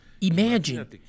imagine